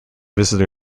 visitor